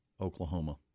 Oklahoma